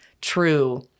true